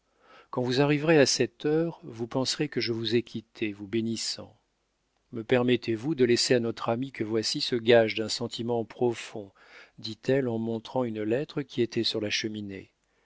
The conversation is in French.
quand vous arriverez à cette heure vous penserez que je vous ai quitté vous bénissant me permettez-vous de laisser à notre ami que voici ce gage d'un sentiment profond dit-elle en montrant une lettre qui était sur la cheminée